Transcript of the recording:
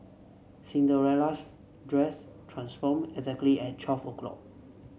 Cinderella's dress transformed exactly at twelve o'clock